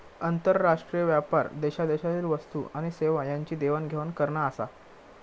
आंतरराष्ट्रीय व्यापार देशादेशातील वस्तू आणि सेवा यांची देवाण घेवाण करना आसा